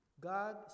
God